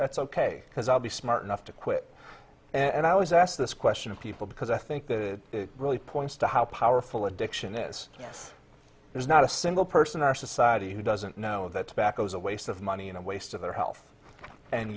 that's ok because i'll be smart enough to quit and i was asked this question of people because i think that it really points to how powerful addiction is yes there's not a single person our society who doesn't know that back it was a waste of money and a waste of their health and